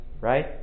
right